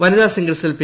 വനിത സിംഗിൾസിൽ പി